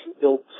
built